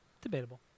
Debatable